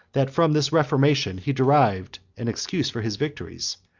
that from this reformation he derived an excuse for his victories,